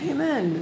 Amen